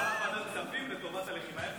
ועדת כספים לטובת הלחימה.